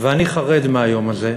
ואני חרד מהיום הזה.